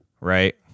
right